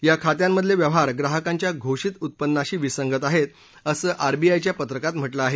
या खात्यांमधले व्यवहार ग्राहकांच्या घोषित उत्पन्नाशी विसंगत आहेत असं आरबीआयच्या पत्रकात म्हटलं आहे